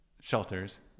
shelters